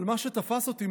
אבל מה שתפס אותי,